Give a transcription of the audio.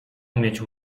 umieć